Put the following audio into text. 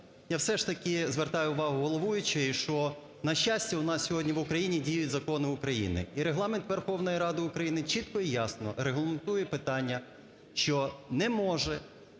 Я все ж таки звертаю увагу головуючої, що, на щастя, у нас сьогодні в Україні діють закони України. І Регламент Верховної Ради України чітко і ясно регламентує питання, що не може